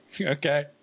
okay